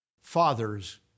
fathers